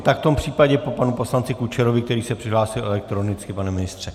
Tak v tom případě po panu poslanci Kučerovi, který se přihlásil elektronicky, pane ministře.